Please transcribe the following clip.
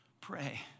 pray